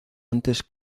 antes